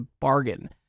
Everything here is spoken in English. bargain